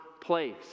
place